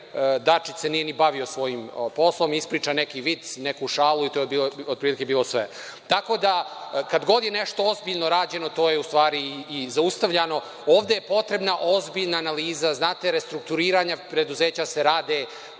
Dačić se nije ni bavio svojim poslom. Ispriča neki vic, neku šalu i to je od prilike bilo sve. Tako da kad god je nešto ozbiljno rađeno, to je u stvari i zaustavljano. Ovde je potrebna ozbiljna analiza. Znate, restrukturiranja preduzeća se rade